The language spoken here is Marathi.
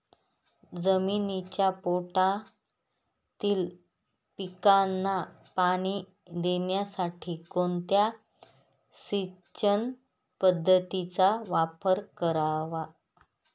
जमिनीच्या पोटातील पिकांना पाणी देण्यासाठी कोणत्या सिंचन पद्धतीचा वापर करावा?